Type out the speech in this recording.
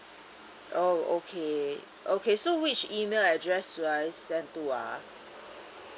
oh okay okay so which email address should I send to ah